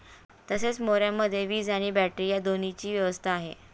तसेच मोऱ्यामध्ये वीज आणि बॅटरी या दोन्हीची व्यवस्था आहे